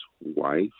wife